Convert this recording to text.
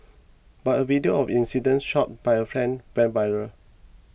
but a video of incident shot by a friend went viral